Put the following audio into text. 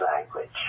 language